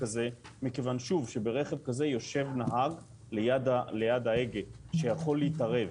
כזה מכיוון שברכב כזה יושב נהג ליד ההגה והוא יכול להתערב.